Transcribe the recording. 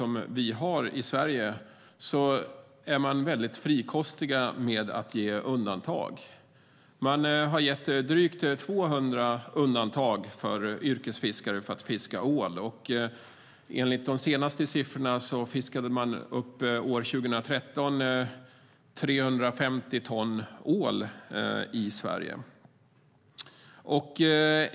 Man är dock frikostig med att göra undantag från förbudet. Drygt 200 undantag har gjorts för att yrkesfiskare ska få fiska ål. Enligt de senaste siffrorna fiskades det 2013 upp 350 ton ål i Sverige.